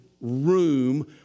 room